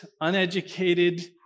uneducated